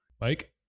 Mike